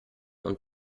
und